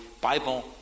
Bible